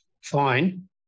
fine